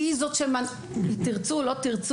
כי היא זאת אם תרצו או לא תרצו,